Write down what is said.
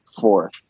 fourth